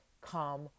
come